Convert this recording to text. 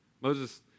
Moses